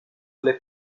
alle